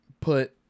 put